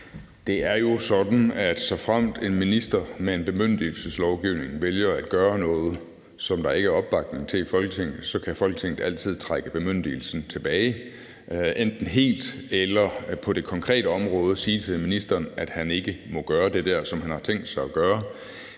Det er jo sådan, at såfremt en minister med en bemyndigelseslovgivning vælger at gøre noget, der ikke er opbakning til i Folketinget, så kan Folketinget altid trække bemyndigelsen tilbage enten helt eller ved på det konkrete område at sige til ministeren, at han ikke må gøre det der, som har tænkt sig at gøre.